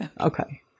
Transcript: Okay